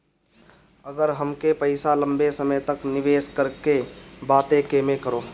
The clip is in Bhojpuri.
अगर हमके पईसा लंबे समय तक निवेश करेके बा त केमें करों?